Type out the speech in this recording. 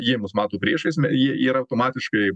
jie mus mato priešaisjie jie yra automatiškai